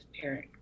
parent